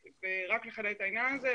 רק לחדד את העניין הזה,